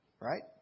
right